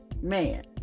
man